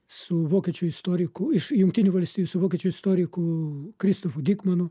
su vokiečių istoriku iš jungtinių valstijų su vokiečių istoriku kristofu dikmanu